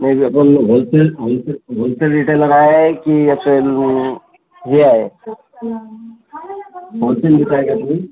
नाही wholesale wholesale wholesale retailer आहे की असे हे आहे व्होलसेल देतं आहे का तुम्ही